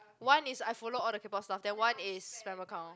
one is I follow all the K-Pop stars then one is spam account